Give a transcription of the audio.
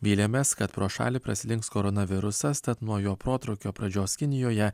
vylėmės kad pro šalį praslinks koronavirusas tad nuo jo protrūkio pradžios kinijoje